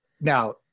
now